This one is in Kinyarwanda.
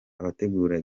abategura